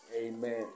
amen